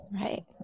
Right